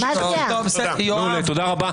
תודה רבה.